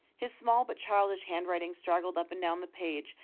his small but childish handwriting straggled up and down the page,